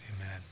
Amen